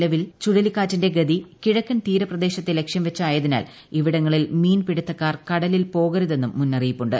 നിലവിൽ പ്രുഴലിക്കാറ്റിന്റെ ഗതി കിഴക്കൻ തീരപ്രദേശത്തെ ലക്ഷ്യം വച്ചായത്തിനാൽ ഇവിടങ്ങളിൽ മീൻപിടുത്തക്കാർ കടലിൽ പോകരുതെന്നു് മുന്നറിയിപ്പുണ്ട്